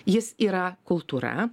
jis yra kultūra